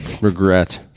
regret